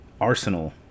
Arsenal